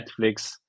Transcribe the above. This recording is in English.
netflix